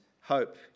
hope